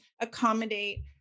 accommodate